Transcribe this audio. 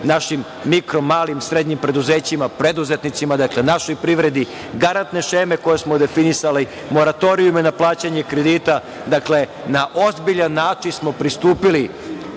našim mikro, malim i srednjim preduzećima, preduzetnicima, dakle, našoj privredi, garantne šeme koje smo definisali, moratorijume i na plaćanje kredita. Dakle, na ozbiljan način smo pristupili